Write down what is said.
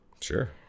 Sure